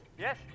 yes